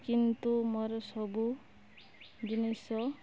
କିନ୍ତୁ ମୋର ସବୁ ଜିନିଷ